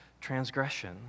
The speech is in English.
transgression